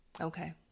Okay